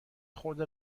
خورده